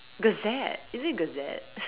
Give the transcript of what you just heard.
gazette is it gazette